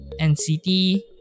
nct